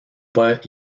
pas